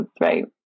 right